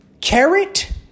carrot